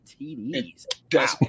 TDs